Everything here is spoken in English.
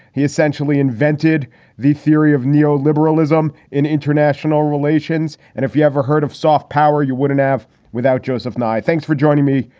he essentially invented the theory of neo liberalism in international relations. and if you ever heard of soft power, you wouldn't have without joseph nye. thanks for joining me,